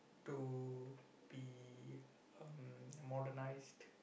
to be um modernised